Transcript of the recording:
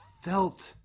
felt